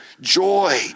joy